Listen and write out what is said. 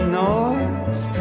noise